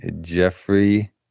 Jeffrey